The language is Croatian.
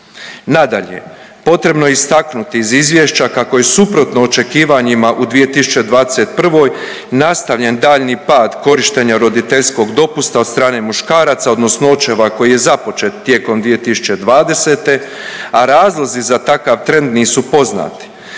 Nadalje, potrebno je istaknuti iz izvješća kako je suprotno očekivanjima u 2021. nastavljen daljnji pad korištenja roditeljskog dopusta od strane muškaraca, odnosno očeva koji je započet tijekom 2020. a razlozi za takav trend nisu poznati.